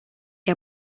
que